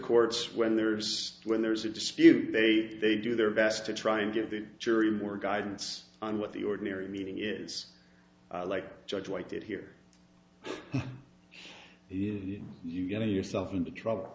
courts when there's when there's a dispute they do their best to try and give the jury more guidance on what the ordinary meaning is like judge white did here you get yourself into trouble